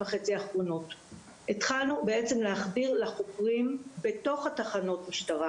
התחלנו להחדיר לחוקרים בתוך תחנות המשטרה